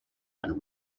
and